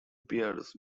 peers